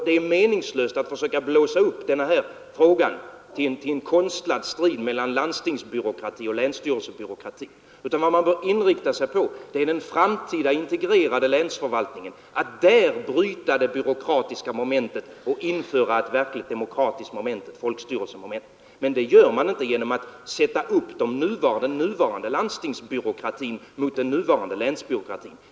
Det är meningslöst att försöka blåsa upp denna fråga till en konstlad strid mellan landstingsbyråkrati och länsstyrelsebyråkrati. Vad man bör inrikta sig på är att i den framtida integrerade länsförvaltningen bryta det byråkratiska momentet och införa ett verkligt demokratiskt moment, ett folkstyrelsemoment. Men det gör man inte genom att sätta upp den nuvarande landstingsbyråkratin mot den nuvarande länsstyrelsebyråkratin.